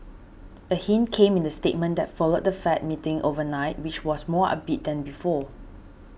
a hint came in the statement that followed the Fed meeting overnight which was more upbeat than before